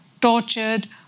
tortured